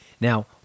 Now